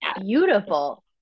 beautiful